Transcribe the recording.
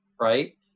Right